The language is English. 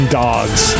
dogs